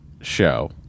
show